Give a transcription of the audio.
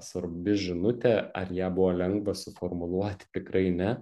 svarbi žinutė ar ją buvo lengva suformuluoti tikrai ne